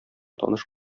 таныш